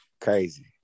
crazy